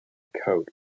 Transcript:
coat